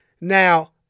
Now